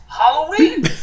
Halloween